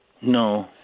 No